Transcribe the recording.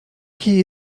key